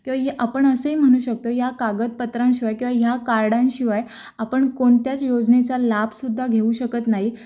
किंवा आपण असेही म्हणू शकतो या कागदपत्रांशिवाय किंवा या कार्डांशिवाय आपण कोणत्याच योजनेचा लाभसुद्धा घेऊ शकत नाही